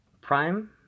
Prime